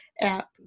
app